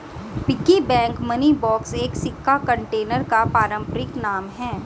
piggy bank money box एक सिक्का container का पारंपरिक नाम है